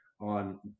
on